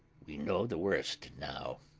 we know the worst now,